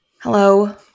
Hello